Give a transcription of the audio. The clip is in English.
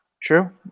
true